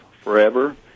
forever